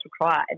required